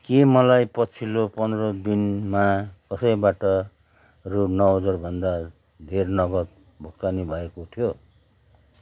के मलाई पछिल्लो पन्ध्र दिनमा कसैबाट रु नौ हजार भन्दा धेर नगद भुक्तानी भएको थियो